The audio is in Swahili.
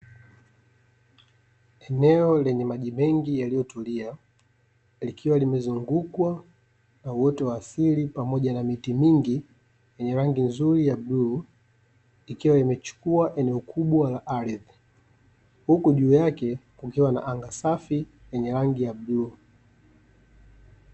Eneo lenye maji mengi yaliyotulia likiwa limezungukwa na uwoto wa asili pamoja na miti mingi yenye rangi nzuri ya bluu ikiwa imechukua eneo kubwa la ardhi huku juu yake kukiwa na anga safi yenye rangi ya bluu.